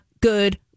good